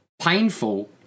Painful